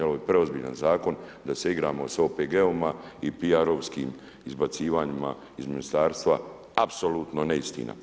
Ovo je preozbiljan zakon da se igramo sa OPG-ovima i PR-ovskim izbacivanjima iz ministarstva apsolutno neistina.